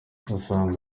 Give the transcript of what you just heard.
usanga